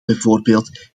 bijvoorbeeld